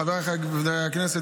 חבריי חברי הכנסת,